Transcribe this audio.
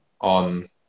on